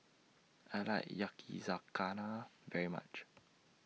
I like Yakizakana very much